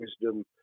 wisdom